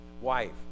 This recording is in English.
wife